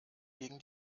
gegen